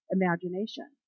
imagination